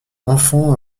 enfant